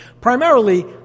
Primarily